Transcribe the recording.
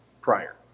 prior